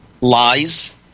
lies